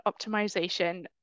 optimization